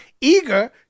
Eager